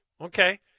Okay